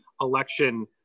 election